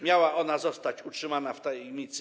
Miała ona zostać utrzymana w tajemnicy.